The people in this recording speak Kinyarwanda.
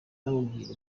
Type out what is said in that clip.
namubwira